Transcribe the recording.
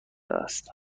است